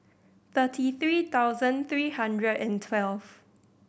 thirty three thousand three hundred and twelve